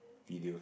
video